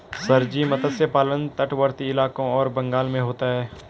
sir ji मत्स्य पालन तटवर्ती इलाकों और बंगाल में होता है